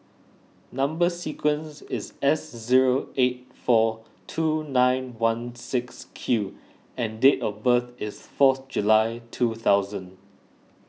Number Sequence is S zero eight four two nine one six Q and date of birth is fourth July two thousand